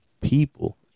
people